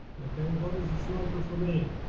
okay, what is the smoker for me?